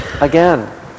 again